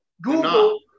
Google